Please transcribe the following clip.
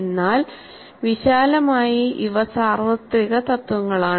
എന്നാൽ വിശാലമായി ഇവ സാർവത്രിക തത്വങ്ങളാണ്